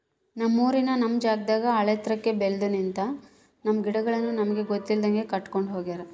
ನಮ್ಮೂರಿನ ನಮ್ ಜಾಗದಾಗ ಆಳೆತ್ರಕ್ಕೆ ಬೆಲ್ದು ನಿಂತ, ನಮ್ಮ ಗಿಡಗಳನ್ನು ನಮಗೆ ಗೊತ್ತಿಲ್ದಂಗೆ ಕಡ್ಕೊಂಡ್ ಹೋಗ್ಯಾರ